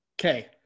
Okay